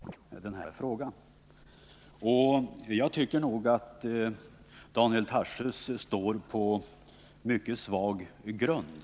Fru talman! Daniel Tarschys envisas med att påstå att han skulle vara jämställdhetens förkämpe framför alla andra, och sedan har han bara förklenande ord att säga om mitt sätt att försöka främja denna fråga.